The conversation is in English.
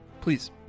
Please